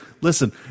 Listen